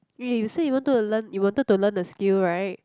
wait you say you wanted to learn you wanted to learn a skill right